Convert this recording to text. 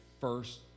first